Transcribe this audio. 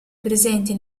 presenti